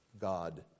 God